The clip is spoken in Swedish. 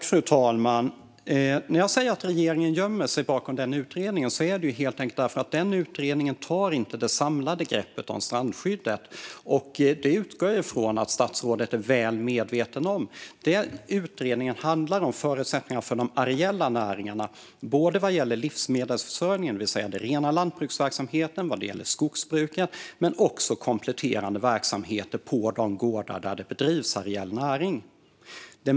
Fru talman! När jag säger att regeringen gömmer sig bakom utredningen är det helt enkelt därför att denna utredning inte tar det samlade greppet om strandskyddet. Det utgår jag från att statsrådet är väl medveten om. Det utredningen handlar om är förutsättningar för de areella näringarna vad gäller både livsmedelsförsörjningen, det vill säga den rena lantbruksverksamheten, och skogsbruket men också vad gäller kompletterande verksamheter på de gårdar där det bedrivs areell näringsverksamhet.